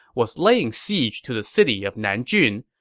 was laying siege to the city of nanjun,